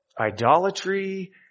idolatry